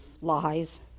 lies